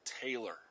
Taylor